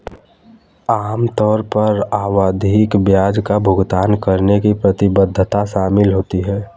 आम तौर पर आवधिक ब्याज का भुगतान करने की प्रतिबद्धता शामिल होती है